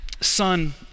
son